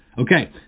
Okay